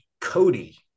Cody